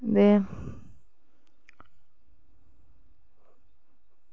ते